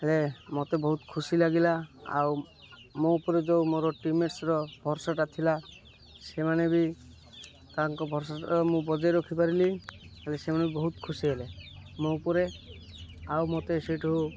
ହେଲେ ମତେ ବହୁତ ଖୁସି ଲାଗିଲା ଆଉ ମୋ ଉପରେ ଯେଉଁ ମୋର ଟିମ୍ମେଟ୍ସର ଭରସାଟା ଥିଲା ସେମାନେ ବି ତାଙ୍କ ଭରସାଟା ମୁଁ ବଜେଇ ରଖିପାରିଲି ହେଲେ ସେମାନେ ବି ବହୁତ ଖୁସି ହେଲେ ମୋ ଉପରେ ଆଉ ମତେ ସେଇଠୁ